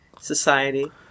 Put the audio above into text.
society